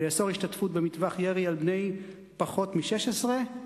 ולאסור השתתפות במטווח ירי על בני פחות מ-16,